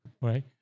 right